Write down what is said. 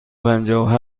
پنجاه